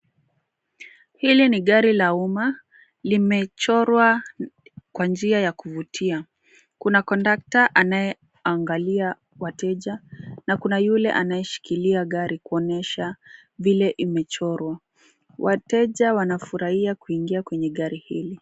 Hili ni gari la umma limechorwa kwa njia ya kuvutia. Kuna kondakta anayeangalia wateja na kuna yule anayeshikilia gari kuonyesha vile imechorwa. Wateja wanafurahia kuingia kwenye gari hili.